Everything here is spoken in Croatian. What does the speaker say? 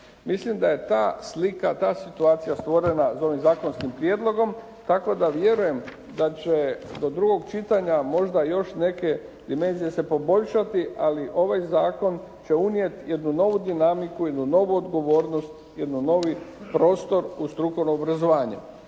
Mislim da je ta slika, ta situacija stvorena sa ovim zakonskim prijedlogom tako da vjerujem da će do drugog čitanja možda još neke dimenzije se poboljšati. Ali ovaj zakon će unijeti jednu novu dinamiku, jednu novu odgovornost, jedan novi prostor u strukovno obrazovanje.